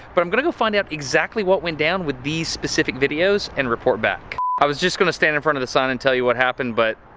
but i'm gonna go find out exactly what went down with these specific videos and report back. i was just gonna stand in front of the sign and tell you what happened, but